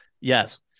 Yes